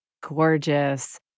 gorgeous